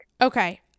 Okay